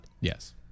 Yes